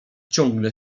ciągle